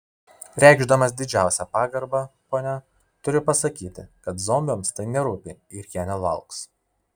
reikšdamas didžiausią pagarbą ponia turiu pasakyti kad zombiams tai nerūpi ir jie nelauks